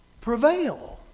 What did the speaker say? prevail